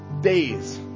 days